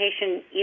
patient